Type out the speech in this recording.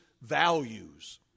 values